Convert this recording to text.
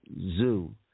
Zoo